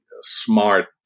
smart